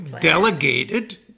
delegated